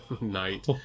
night